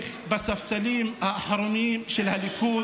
תמשיך להגן על נתניהו בספסלים האחרונים של הליכוד.